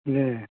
जी